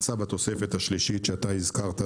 צו התוספת השלישי שאתה הזכרת,